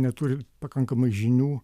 neturi pakankamai žinių